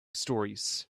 stories